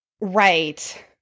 Right